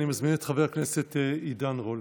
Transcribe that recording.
אני מזמין את חבר הכנסת עידן רול.